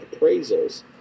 appraisals